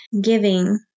giving